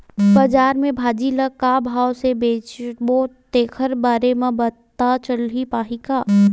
बजार में भाजी ल का भाव से बेचबो तेखर बारे में पता चल पाही का?